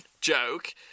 joke